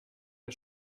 wir